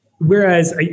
Whereas